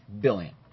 Billion